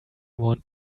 want